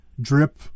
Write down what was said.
drip –